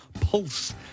pulse